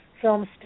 films